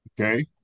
Okay